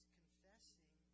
confessing